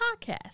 podcast